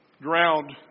drowned